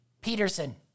Peterson